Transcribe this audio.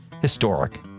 historic